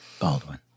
Baldwin